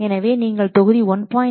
எனவே நீங்கள் தொகுதி 1